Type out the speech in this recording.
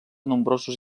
nombrosos